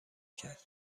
کرد